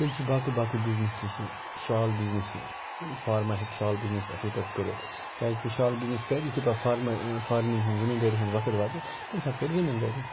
تیٚلہِ چھِ باقی باقی بِزنِس تہِ چھِ شال بِزنِس چھ فارمَر ہیٚکہِ شال بِزنِس اصل پٲٹھۍ کٔرِتھ کیازکہِ شال بِزنِس کَرِ یُتھُے پَتہٕ فارمِنٛگ ہُنٛد زمیٖن دٲری ہُنٛد وقت واتیٚس تمہِ ساتہٕ کَرٕ زمیٖن دٲری